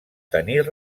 tenir